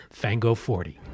FANGO40